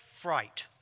fright